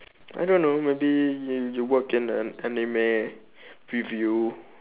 I don't know maybe you you work in an anime review